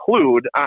include